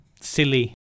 silly